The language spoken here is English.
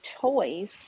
choice